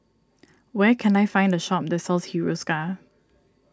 where can I find a shop that sells Hiruscar